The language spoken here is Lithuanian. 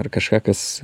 ar kažką kas